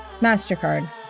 MasterCard